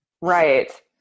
right